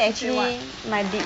say what